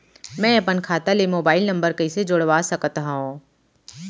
मैं अपन खाता ले मोबाइल नम्बर कइसे जोड़वा सकत हव?